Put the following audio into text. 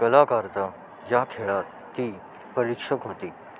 कलाकारता ज्या खेळात ती परीक्षक होती